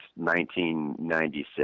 1996